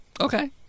okay